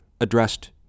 addressed